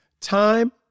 time